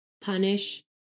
punish